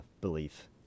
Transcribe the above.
belief